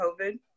covid